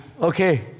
okay